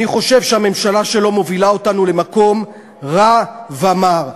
אני חושב שהממשלה שלו מובילה אותנו למקום רע ומר.